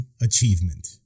achievement